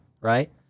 right